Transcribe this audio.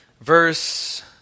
verse